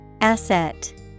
Asset